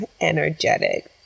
energetic